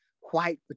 white